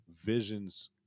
visions